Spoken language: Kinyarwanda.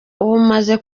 maze